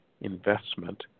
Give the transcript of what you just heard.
investment